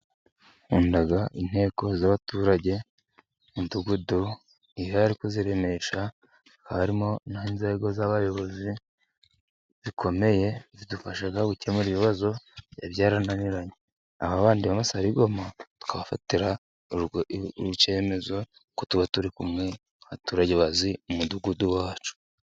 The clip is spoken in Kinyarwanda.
Nkunda inteko y'abaturage, mudugudu iyo ari kuyiremesha haba harimo n'inzego z'abayobozi zikomeye zidufasha gukemura ibibazo byari byarananiranye, na babandi bamasarigoma tukafatira icyemezo kuko tuba turi kumwe nk'abaturage bazi umudugudu wacu.